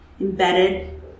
embedded